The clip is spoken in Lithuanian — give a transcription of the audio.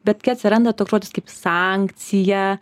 bet kai atsiranda toks žodis kaip sankcija